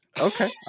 Okay